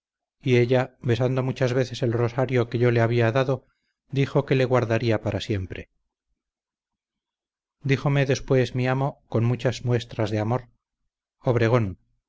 y ella besando muchas veces el rosario que yo le había dado dijo que le guardaría para siempre díjome después mi amo con muchas muestras de amor obregón